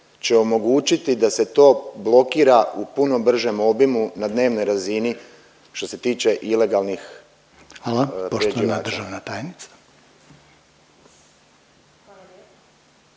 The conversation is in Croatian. će omogućiti da se to blokira u punom bržem obimu na dnevnoj razini što se tiče ilegalnih …/Upadica Reiner: Hvala./…